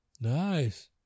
Nice